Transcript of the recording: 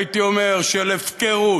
הייתי אומר של הפקרות,